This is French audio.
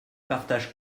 partage